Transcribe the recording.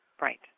Right